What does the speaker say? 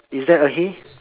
is that a hay